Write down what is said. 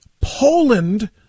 Poland